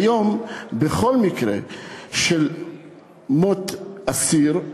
כיום, בכל מקרה של מות אסיר,